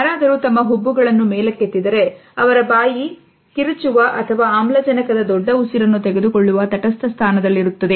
ಯಾರಾದರೂ ತಮ್ಮ ಹುಬ್ಬುಗಳನ್ನು ಮೇಲಕ್ಕೆ ಎತ್ತಿದ್ದರೆ ಅವರ ಬಾಯಿ ಕಿರಿಚುವ ಅಥವಾ ಆಮ್ಲಜನಕದ ದೊಡ್ಡ ಉಸಿರನ್ನು ತೆಗೆದುಕೊಳ್ಳುವ ತಟಸ್ಥ ಸ್ಥಾನದಲ್ಲಿರುತ್ತದೆ